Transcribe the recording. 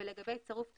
לגבי צירוף תרגום,